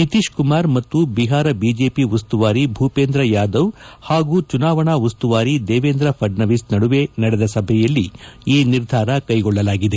Nitish Kumar Bihar BJP ಉಸ್ತುವಾರಿ ಭೂಪೇಂದ್ರ ಯಾದವ್ ಹಾಗೂ ಚುನಾವಣಾ ಉಸ್ತುವಾರಿ ದೇವೇಂದ್ರ ಫಡ್ನವೀಸ್ ನಡುವೆ ನಡೆದ ಸಭೆಯಲ್ಲಿ ಈ ನಿರ್ಧಾರ ಕೈಗೊಳ್ಳಲಾಗಿದೆ